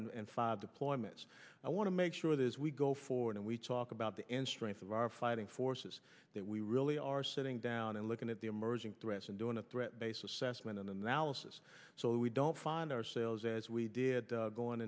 and five deployments i want to make sure that as we go forward and we talk about the end strength of our fighting forces that we really are sitting down and looking at the emerging threats and doing a threat based assessment and analysis so we don't find ourselves as we did going